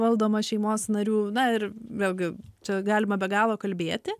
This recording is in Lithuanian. valdoma šeimos narių na ir vėlgi čia galima be galo kalbėti